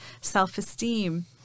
self-esteem